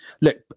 look